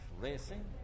racing